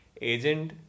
Agent